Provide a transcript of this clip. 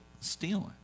stealing